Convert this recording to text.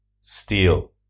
steel